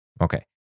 Okay